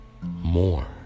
more